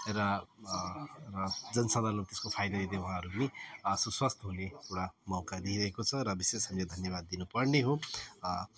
र र जन साधारणलाई त्यसको फाइदा यदि उहाँहरू पनि सुस्वास्थ्य हुने एउटा मौका दिइरहेको छ र विशेष हामीले धन्यावाद दिनु पर्ने हो